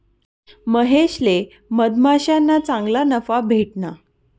महेशले मधमाश्याना चांगला नफा भेटना